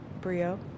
brio